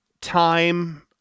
time